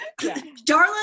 darla